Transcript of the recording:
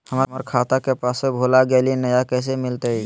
हमर खाता के पासबुक भुला गेलई, नया कैसे मिलतई?